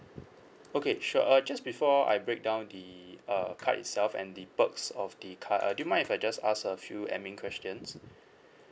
okay sure uh just before I break down the uh card itself and the perks of the card uh do you mind if I just ask a few admin questions